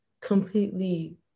completely